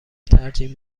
ترجیح